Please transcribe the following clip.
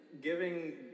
giving